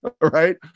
Right